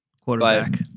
Quarterback